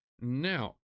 Now